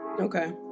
Okay